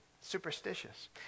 Superstitious